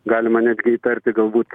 galima netgi įtarti galbūt